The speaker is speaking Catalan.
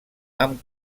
amb